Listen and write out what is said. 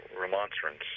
remonstrance